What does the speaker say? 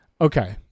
okay